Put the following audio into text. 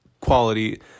quality